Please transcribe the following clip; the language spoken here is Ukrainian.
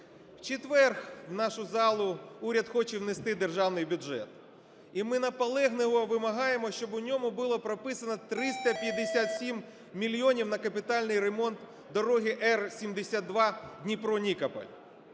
В четвер в нашу залу уряд хоче внести державний бюджет. І ми наполегливо вимагаємо, щоб в ньому було прописано 357 мільйонів на капітальний ремонт дороги Р72 Дніпро-Нікополь.